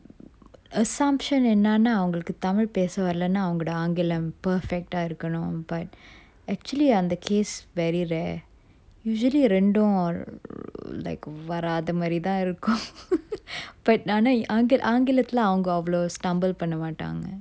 assumption என்னன்னா அவங்களுக்கு:ennanna avangalukku tamil பேச வரலனா அவங்கட ஆங்கிலம்:pesa varalana avangada aangilam perfect ah இருக்கணும்:irukkanum but actually அந்த:antha case very rare usually ரெண்டும்:rendum err like வராத மாறி தான் இருக்கும்:varatha mari thaan irukkum but ஆனா ஆங்கி~ ஆங்கிலத்துல அவங்க அவ்வளவு:aana aangi~ angilathula avanga avvalavu stumble பண்ண மாட்டாங்க:panna mattanga